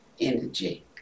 energy